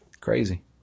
Crazy